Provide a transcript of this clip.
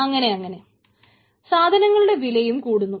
അങ്ങനെ അങ്ങനെ സാധനങ്ങളുടെ വിലയും കൂടുന്നു